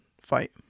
fight